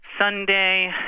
Sunday